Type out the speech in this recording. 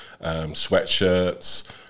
sweatshirts